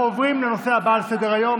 אנחנו עוברים להצעה הבאה על סדר-היום,